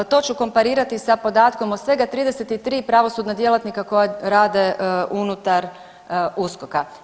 To ću komparirati sa podatkom od svega 33 pravosudna djelatnika koja rade unutar USKOK-a.